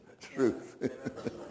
truth